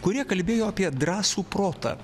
kurie kalbėjo apie drąsų protą